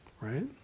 Right